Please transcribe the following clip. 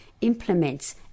implements